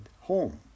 home